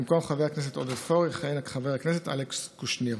במקום חבר הכנסת עודד פורר יכהן חבר הכנסת אלכס קושניר.